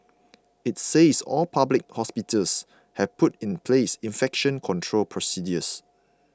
it says all public hospitals have put in place infection control procedures